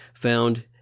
found